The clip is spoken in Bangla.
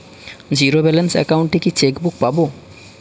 জীরো ব্যালেন্স অ্যাকাউন্ট এ কি চেকবুক পাব?